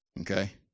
Okay